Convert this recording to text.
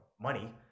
money